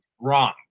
Wrong